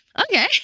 okay